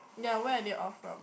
ya where are they all from